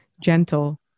gentle